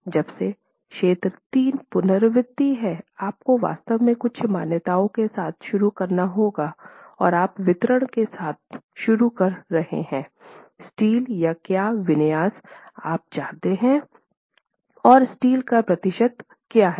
जबसे क्षेत्र 3 पुनरावृति है आपको वास्तव में कुछ मान्यताओं के साथ शुरू करना होगा और आप वितरण के साथ शुरू होने जा रहे है स्टील का क्या विन्यास आप चाहते हैं और स्टील का प्रतिशत क्या है